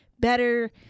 better